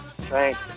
Thanks